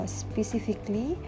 specifically